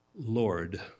Lord